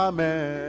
Amen